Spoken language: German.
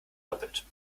doppelt